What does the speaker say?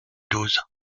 douze